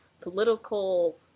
political